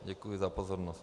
Děkuji za pozornost.